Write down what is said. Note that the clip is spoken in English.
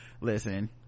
listen